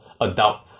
adult